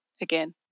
again